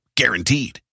Guaranteed